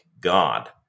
God